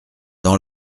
dans